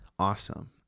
Awesome